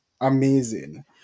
amazing